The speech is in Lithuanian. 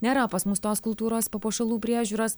nėra pas mus tos kultūros papuošalų priežiūros